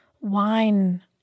wine